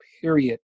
period